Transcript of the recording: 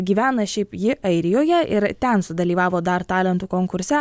gyvena šiaip ji airijoje ir ten sudalyvavo dar talentų konkurse